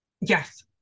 Yes